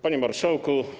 Panie Marszałku!